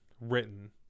written